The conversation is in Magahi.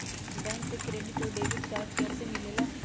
बैंक से क्रेडिट और डेबिट कार्ड कैसी मिलेला?